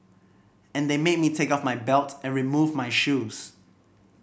and they made me take off my belt and remove my shoes